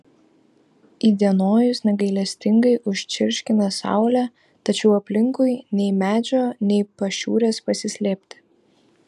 įdienojus negailestingai užčirškina saulė tačiau aplinkui nei medžio nei pašiūrės pasislėpti